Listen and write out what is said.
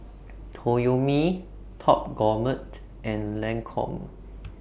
Toyomi Top Gourmet and Lancome